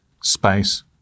space